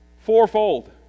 Fourfold